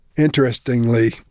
Interestingly